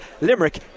Limerick